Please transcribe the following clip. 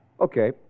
Okay